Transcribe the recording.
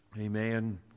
Amen